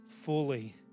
fully